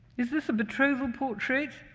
is this a betrothal portrait,